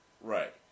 Right